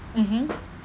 mmhmm